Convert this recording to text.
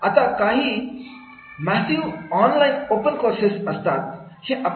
आता काही massive open online courses असतात हे आपणास माहिती आहे